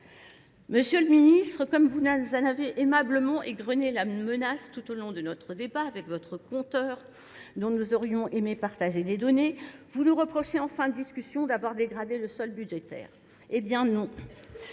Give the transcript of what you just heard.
Monsieur le ministre, comme vous en avez aimablement égrené la menace tout au long de notre débat avec votre compteur dont nous aurions aimé partager les données, vous nous reprochez enfin de discussion d'avoir dégradé le sol budgétaire. Eh bien non